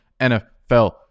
NFL